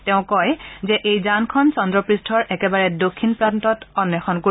তেওঁ কয় যে এই যানখন চন্দ্ৰপূষ্ঠৰ একেবাৰে দক্ষিণ প্ৰান্তত অন্বেষণ কৰিব